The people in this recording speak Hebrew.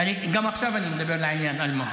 גם עכשיו אני מדבר לעניין, אלמוג.